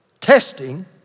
Testing